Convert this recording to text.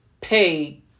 pay